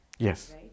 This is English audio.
Yes